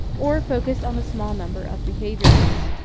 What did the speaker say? or focused on a small number of behaviors.